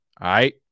right